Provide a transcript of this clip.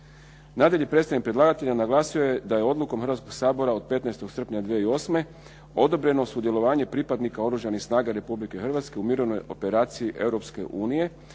Nadalje, predstavnik predlagatelja naglasio je da je odlukom Hrvatskog sabora od 15. srpnja 2008. odobreno sudjelovanje pripadnika Oružanih snaga Republike Hrvatske u mirovnoj operaciji Europske unije